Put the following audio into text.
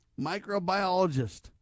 microbiologist